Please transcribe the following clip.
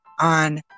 on